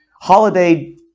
holiday